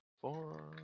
Four